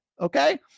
Okay